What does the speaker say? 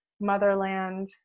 motherland